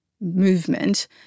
movement